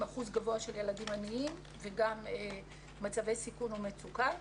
אחוז גבוה של ילדים עניים וגם מצבי סיכון או מצוקה.